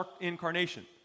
incarnation